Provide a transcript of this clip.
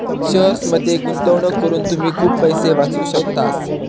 शेअर्समध्ये गुंतवणूक करून तुम्ही खूप पैसे वाचवू शकतास